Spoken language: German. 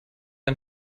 ein